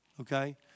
Okay